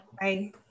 Bye